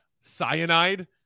Cyanide